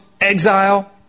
exile